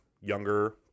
younger